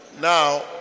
Now